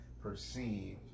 perceived